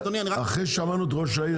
אחרי ששמענו את ראש העיר,